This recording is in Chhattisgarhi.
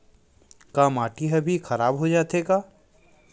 का माटी ह भी खराब हो जाथे का?